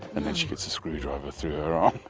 and then she gets a screwdriver through her ah